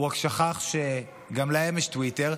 הוא רק שכח שגם להם יש טוויטר,